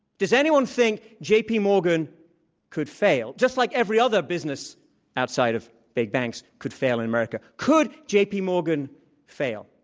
does anyone think jpmorgan could fail just like every other business outside of big banks could fail in america? could jpmorgan fail?